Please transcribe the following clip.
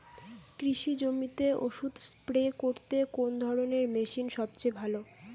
কৃষি জমিতে ওষুধ স্প্রে করতে কোন ধরণের মেশিন সবচেয়ে ভালো?